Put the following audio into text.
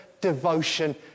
devotion